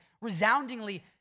resoundingly